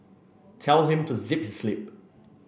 tell him to zip his lip